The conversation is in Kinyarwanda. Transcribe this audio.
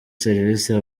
services